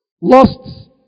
lost